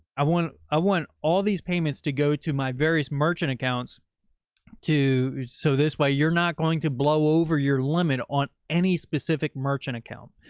i want, i want all these payments to go to my various merchant accounts two. so this way you're not going to blow over your limit on any specific merchant account.